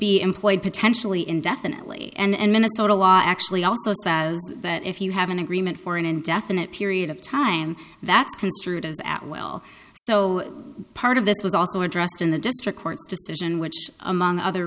be employed potentially indefinitely and minnesota law actually also says that if you have an agreement for an indefinite period of time that's construed as at will so part of this was also addressed in the district court's decision which among other